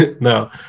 no